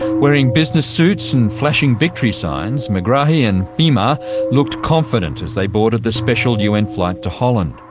wearing business suits and flashing victory signs, megrahi and fahima looked confident as they boarded the special un flight to holland.